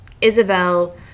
Isabel